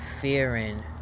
fearing